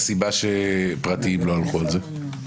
הסיבה שפרטיים לא הלכו על זה?